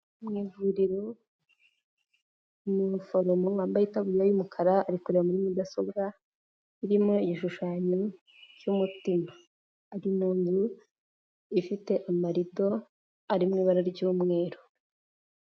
Mu ivuriro, umuforomo wambaye itaburiya y'umukara ari kureba muri mudasobwa, irimo igishushanyo cy'umutima, ari mu nzu ifite amarido ari mu ibara ry'umweru.